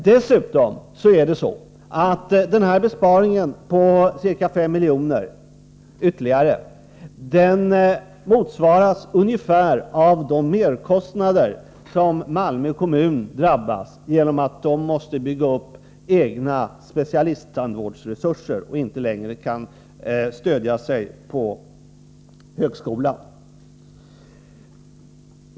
Dessutom är det så, att den här besparingen på ytterligare ca 5 milj.kr. ungefär motsvaras av de merkostnader som Malmö kommun drabbas av, på grund av att man måste bygga upp egna specialisttandvårdsresurser och inte längre kan stödja sig på högskolan i det fallet.